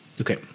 Okay